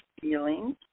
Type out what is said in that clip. feelings